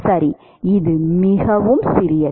சரி இது மிகவும் சிறியது